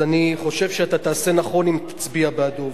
אז אני חושב שאתה תעשה נכון אם תצביע בעדו.